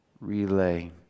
relay